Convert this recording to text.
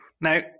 Now